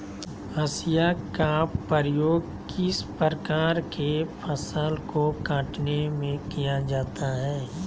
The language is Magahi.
हाशिया का उपयोग किस प्रकार के फसल को कटने में किया जाता है?